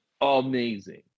amazing